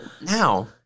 now